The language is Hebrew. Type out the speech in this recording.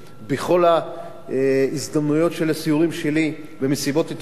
בכל ההזדמנויות של הסיורים שלי, במסיבות עיתונאים,